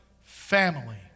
family